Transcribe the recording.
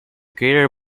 greater